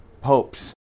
popes